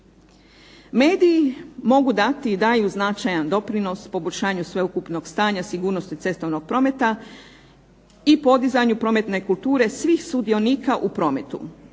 Mediji mogu dati i daju značajan doprinos poboljšanju sveukupnog stanja sigurnosti cestovnog prometa i podizanju prometne kulture svih sudionika u prometu.